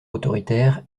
autoritaire